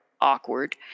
awkward